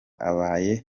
abaye